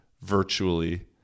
virtually